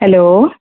hello